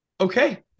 okay